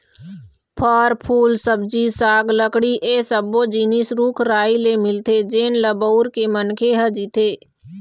फर, फूल, सब्जी साग, लकड़ी ए सब्बो जिनिस रूख राई ले मिलथे जेन ल बउर के मनखे ह जीथे